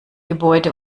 gebäude